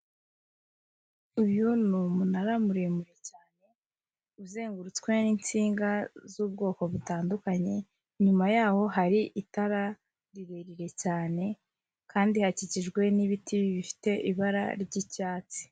Uyu ni umunara muremure cyane uzengurutswe n'insinga z'ubwoko butandukanye, inyuma yaho hari itara rirerire cyane kandi hakikijwe n'ibiti bifite ibara ry'icyatsi.